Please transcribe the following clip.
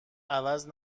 عوض